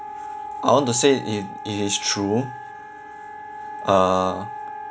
I want to say it it is true uh